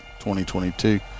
2022